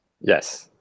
Yes